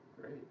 Great